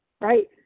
right